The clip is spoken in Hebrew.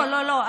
לא לא לא,